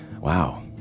Wow